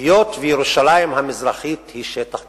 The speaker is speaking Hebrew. היות שירושלים המזרחית היא שטח כבוש.